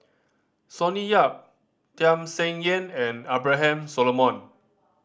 Sonny Yap Tham Sien Yen and Abraham Solomon